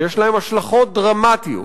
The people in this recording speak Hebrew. שיש להן השלכות דרמטיות